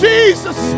Jesus